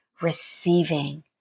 receiving